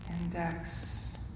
Index